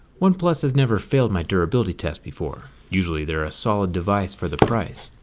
oneplus has never failed my durability test before. usually they are a solid device for the price.